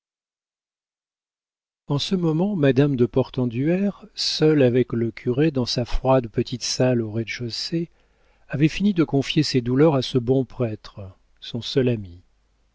en ce moment madame de portenduère seule avec le curé dans sa froide petite salle au rez-de-chaussée avait fini de confier ses douleurs à ce bon prêtre son seul ami